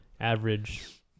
average